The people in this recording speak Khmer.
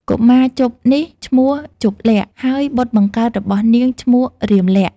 កុមារជបនេះ ឈ្មោះ«ជប្បលក្សណ៍» ហើយបុត្របង្កើតរបស់នាងឈ្មោះ «រាមលក្សណ៍»។